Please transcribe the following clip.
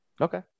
Okay